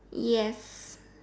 yes